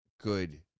good